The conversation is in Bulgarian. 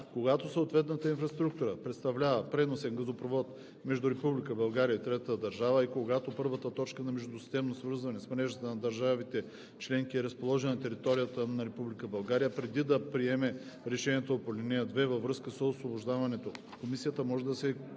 Когато съответната инфраструктура представлява преносен газопровод между Република България и трета държава и когато първата точка на междусистемно свързване с мрежата на държавите членки е разположена на територията на Република България, преди да приеме решението по ал. 2 във връзка с освобождаването, комисията може да се